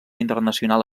internacional